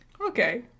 okay